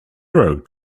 rode